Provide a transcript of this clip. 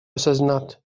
осознать